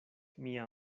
mia